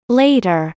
later